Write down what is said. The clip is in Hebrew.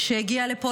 שהגיעה לפה,